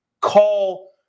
call